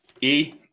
E-